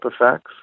effects